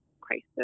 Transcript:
crisis